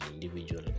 individual